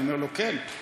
אני אומר לו: כן.